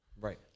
right